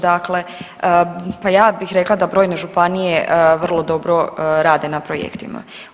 Dakle, pa ja bih rekla da brojne županije vrlo dobro rade na projektima.